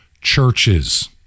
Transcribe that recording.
churches